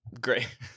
Great